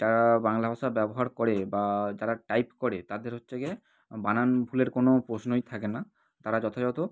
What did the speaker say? যারা বাংলা ভাষা ব্যবহার করে বা যারা টাইপ করে তাদের হচ্ছে গিয়ে বানান ভুলের কোনও প্রশ্নই থাকে না তারা যথাযথ